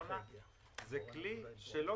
זה כלי שלא